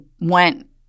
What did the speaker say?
went